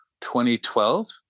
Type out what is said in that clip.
2012